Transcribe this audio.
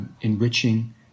enriching